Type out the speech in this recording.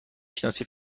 شناسی